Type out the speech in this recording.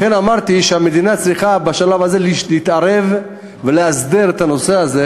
לכן אמרתי שהמדינה צריכה בשלב הזה להתערב ולהסדיר את הנושא הזה,